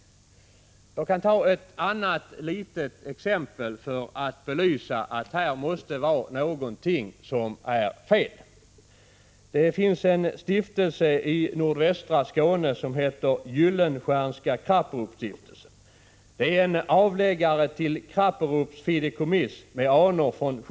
Jag kan anföra ett annat exempel för att belysa att någonting måste vara fel. I nordvästra Skåne finns en stiftelse som heter Gyllenstiernska Krapperupsstiftelsen. Det är en avläggare till Krapperups fideikommiss med anor 123 Prot.